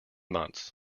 months